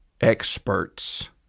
experts